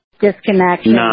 Disconnection